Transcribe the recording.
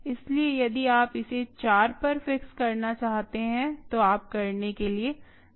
इसलिए यदि आप इसे 4 पर फिक्स करना चाहते हैं तो आप करने के लिए स्वतंत्र हैं